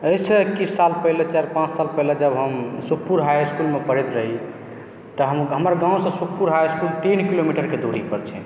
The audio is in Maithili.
एहि से किछु साल पहिले चारि पाॅंच साल पहिले जब हम सुखपुर हाई इसकुलमे पढैत रही तऽ हमर गाँव सऽ सुखपुर हाई इसकुल तीन किलोमीटर के दूरी पर छै